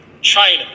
china